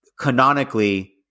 canonically